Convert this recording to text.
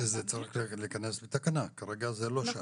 שזה צריך להיכנס לתקנה, כרגע זה לא שם.